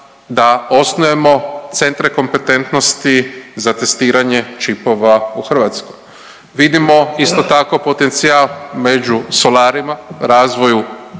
da osnujemo centre kompetentnosti za testiranje čipova u Hrvatskoj. Vidimo isto tako potencijal među solarima, razvoju